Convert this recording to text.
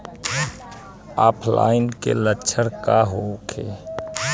ऑफलाइनके लक्षण का होखे?